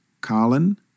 Colin